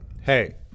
hey